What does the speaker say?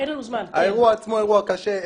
הוא אירוע קשה.